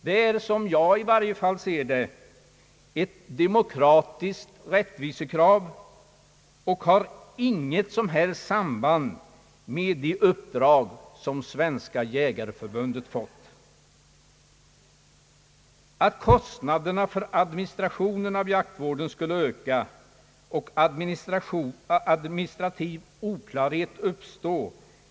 Det är, i varje fall som jag ser det, ett demokratiskt rättvisekrav och har inget som helst samband med det uppdrag som Svenska jägareförbundet fått. Jag tror absolut inte att kostnaderna för administrationen av jaktvården skulle öka och administrativ oklarhet uppstå.